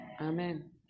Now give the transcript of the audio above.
Amen